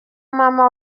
mama